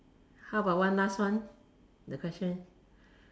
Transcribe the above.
how about one last one the question